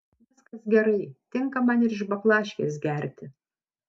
viskas gerai tinka man ir iš baklaškės gerti